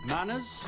Manners